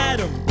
Adam